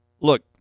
Look